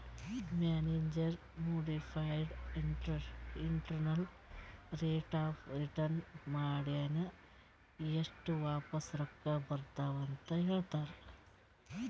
manager modified internal rate of return ಮಾಡಿನೆ ಎಸ್ಟ್ ವಾಪಿಸ್ ರೊಕ್ಕಾ ಬರ್ತಾವ್ ಅಂತ್ ಹೇಳ್ತಾರ್